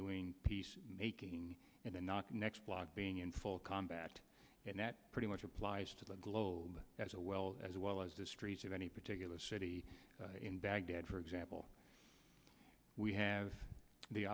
doing peace making in the not next block being in full combat and that pretty much applies to the globe as a well as well as the streets of any particular city in baghdad for example we have the